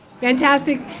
Fantastic